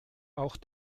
auch